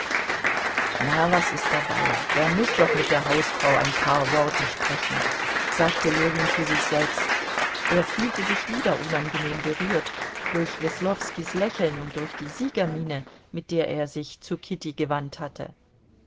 na was ist dabei er muß doch mit der hausfrau ein paar worte sprechen sagte ljewin zu sich selbst er fühlte sich wieder unangenehm berührt durch weslowskis lächeln und durch die siegermiene mit der er sich zu kitty gewandt hatte